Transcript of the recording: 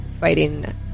fighting